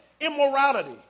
immorality